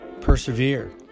persevere